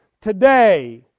today